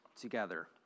together